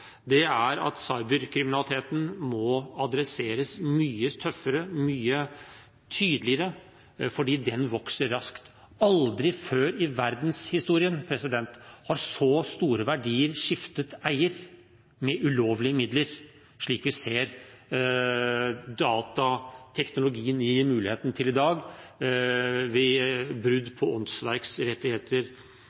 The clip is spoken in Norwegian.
er at cyberkriminaliteten må adresseres mye tøffere, mye tydeligere, fordi den vokser raskt. Aldri før i verdenshistorien har så store verdier skiftet eier med ulovlige midler, slik vi ser datateknologien gir muligheter til i dag ved brudd på åndsverksrettigheter,